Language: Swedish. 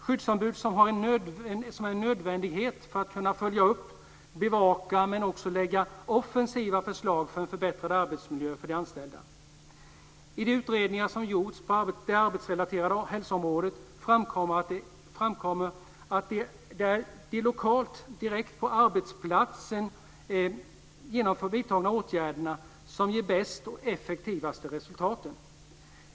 Skyddsombud är en nödvändighet för att man ska kunna följa upp och bevaka, men också för att lägga fram offensiva förslag för en förbättrad arbetsmiljö för de anställda. I de utredningar som gjorts på det arbetsrelaterade ohälsoområdet framkommer att det är de lokalt, direkt på arbetsplatsen, vidtagna åtgärderna som ger de bästa och effektivaste resultaten.